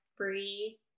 Free